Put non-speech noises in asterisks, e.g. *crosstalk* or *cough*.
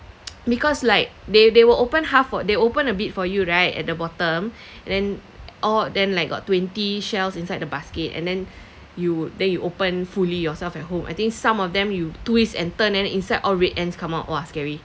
*noise* because like they they will open half [what] they open a bit for you right at the bottom *breath* and then all of them like got twenty shells inside the basket and then *breath* you would then you open fully yourself at home I think some of them you twist and turn and then inside all red ants come out !wah! scary